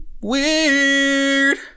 weird